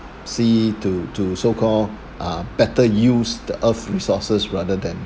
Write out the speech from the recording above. see to to so-called uh better use the earth resources rather than